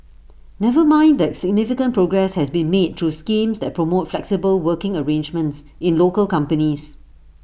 never mind that significant progress has been made through schemes that promote flexible working arrangements in local companies